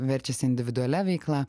verčiasi individualia veikla